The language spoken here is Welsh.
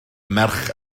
merch